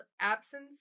absence